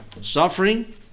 Suffering